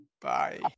Bye